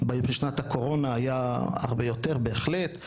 בשנת הקורונה היה הרבה יותר בהחלט.